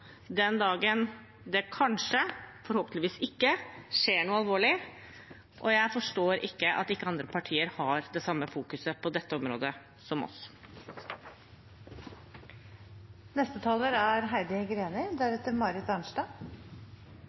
den dagen det kanskje, men forhåpentligvis ikke, skjer noe alvorlig, og jeg forstår ikke at ikke andre partier har det samme fokuset som oss på dette området.